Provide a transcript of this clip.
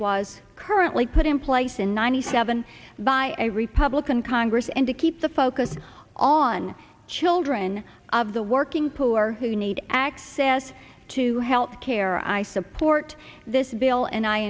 was currently put in place in ninety seven by a republican congress and to keep the focus on children of the working poor who need access to health care i support this bill and i